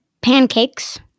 pancakes